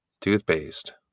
Toothpaste